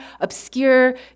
obscure